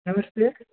नमस्ते